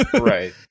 right